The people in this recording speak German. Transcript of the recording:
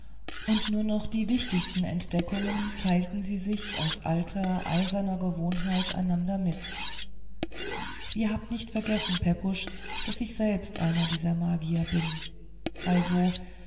und nur noch die wichtigsten entdeckungen teilten sie sich aus alter eiserner gewohnheit einander mit ihr habt nicht vergessen pepusch daß ich selbst einer dieser magier bin also